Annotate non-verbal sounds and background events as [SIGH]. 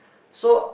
so [NOISE]